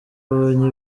abonye